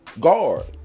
guard